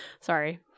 sorry